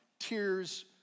Tears